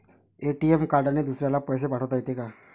ATM कार्डने दुसऱ्याले पैसे पाठोता येते का?